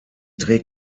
trägt